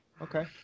Okay